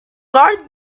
guard